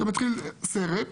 מתחיל סרט.